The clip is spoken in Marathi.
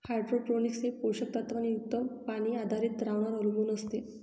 हायड्रोपोनिक्स हे पोषक तत्वांनी युक्त पाणी आधारित द्रावणांवर अवलंबून असते